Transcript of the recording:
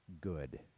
good